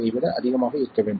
ஐ விட அதிகமாக இருக்க வேண்டும்